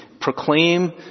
proclaim